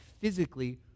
physically